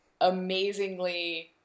amazingly